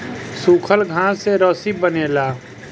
सूखल घास से रस्सी बनेला